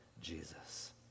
Jesus